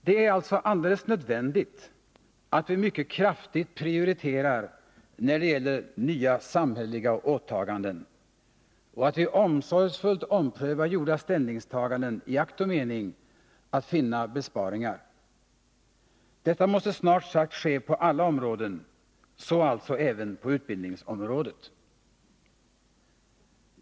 Det är alltså alldeles nödvändigt att vi mycket kraftigt prioriterar, när det gäller nya samhälleliga åtaganden, och att vi omsorgsfullt omprövar gjorda ställningstaganden i akt och mening att finna besparingar. Detta måste ske på snart sagt alla områden — så alltså även på utbildningsområdet.